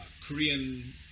Korean